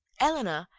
elinor,